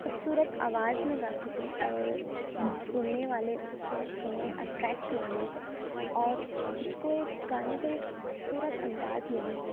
خوبصورت آواز میں گا سکیں اور سننے والے اسے سنیں اٹریکٹ ہوں لوگ اور اس کو ایک گانے کو ایک خوبصورت انداز میں لیں